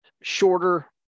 shorter